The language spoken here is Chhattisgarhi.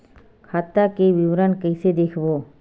खाता के विवरण कइसे देखबो?